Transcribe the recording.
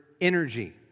energy